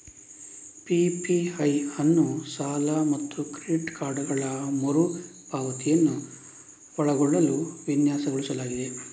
PPI ಅನ್ನು ಸಾಲ ಮತ್ತು ಕ್ರೆಡಿಟ್ ಕಾರ್ಡುಗಳ ಮರು ಪಾವತಿಯನ್ನು ಒಳಗೊಳ್ಳಲು ವಿನ್ಯಾಸಗೊಳಿಸಲಾಗಿದೆ